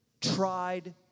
tried